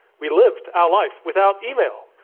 we lived, our life without email.